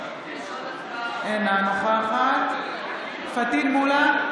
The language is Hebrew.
אינה נוכחת פטין מולא,